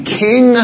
king